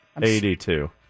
82